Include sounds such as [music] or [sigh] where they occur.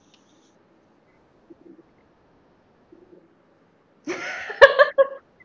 [laughs]